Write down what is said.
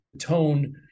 tone